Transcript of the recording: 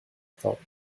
thought